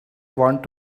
want